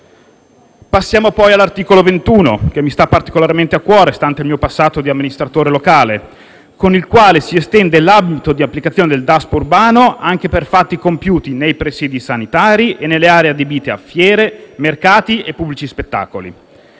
Passiamo poi all'articolo 21, che mi sta particolarmente a cuore, stante il mio passato di amministratore locale, con il quale si estende l'ambito di applicazione del Daspo urbano anche per fatti compiuti nei presidi sanitari e nelle aree adibite a fiere, mercati e pubblici spettacoli.